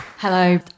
Hello